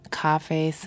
coffee